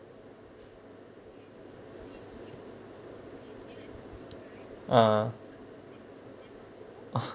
a'ah